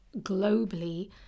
globally